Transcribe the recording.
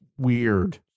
weird